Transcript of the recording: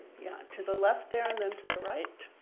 yeah, to the left there and then to the right.